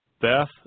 Beth